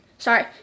Sorry